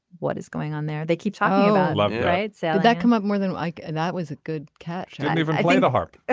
what is going on there they keep talking about love. right. so that come up more than like. and that was a good catch. didn't even play the harp. ah